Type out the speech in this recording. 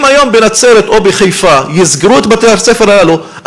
אם היום בנצרת או בחיפה יסגרו את בתי-הספר הללו,